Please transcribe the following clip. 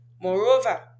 Moreover